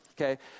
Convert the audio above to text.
Okay